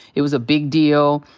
it was a big deal.